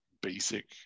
basic